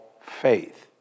faith